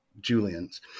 julians